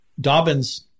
Dobbins